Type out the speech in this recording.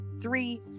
three